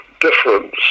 difference